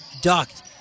Ducked